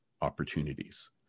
opportunities